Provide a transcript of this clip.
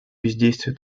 бездействие